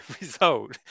result